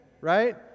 Right